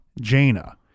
Jaina